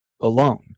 alone